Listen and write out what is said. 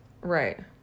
right